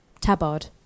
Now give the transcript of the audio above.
tabard